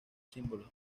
símbolos